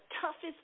toughest